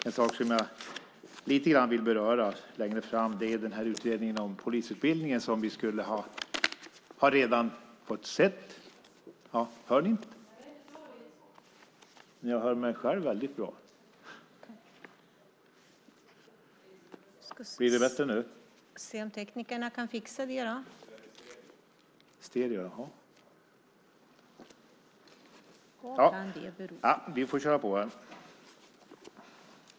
En sak som jag vill beröra lite grann längre fram är utredningen om polisutbildningen som vi redan skulle ha fått se.